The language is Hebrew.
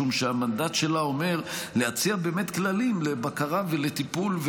משום שהמנדט שלה אומר להציע כללים לבקרה ולטיפול,